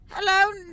Hello